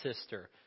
sister